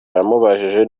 yamubajije